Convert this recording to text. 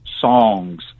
songs